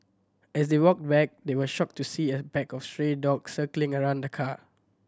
as they walked back they were shocked to see a pack of stray dogs circling around the car